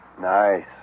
Nice